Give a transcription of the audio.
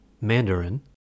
Mandarin